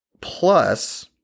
Plus